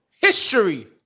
History